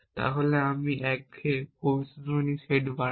তাহলে আমি একঘেয়েভাবে ভবিষ্যদ্বাণীর সেট বাড়াই